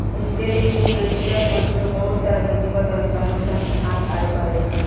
retail investor के रूप में बहुत सारा व्यक्तिगत अउरी सामूहिक संस्थासन कार्य करेले